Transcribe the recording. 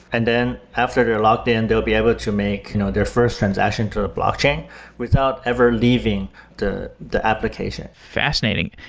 and then after they're logged in, they'll be able to make you know their first transaction through a blockchain without ever leaving the application. fascinating.